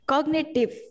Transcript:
Cognitive